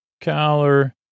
Collar